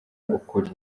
ukuri